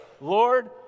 Lord